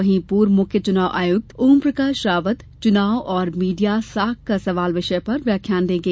वहीं पूर्व मुख्य चुनाव आयुक्त ओमप्रकाश रावत चुनाव और मीडिया साख का सवाल विषय पर व्याख्यान देंगे